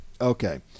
Okay